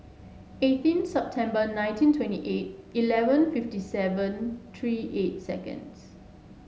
eighteen September nineteen twenty eight eleven fifty seven three eight seconds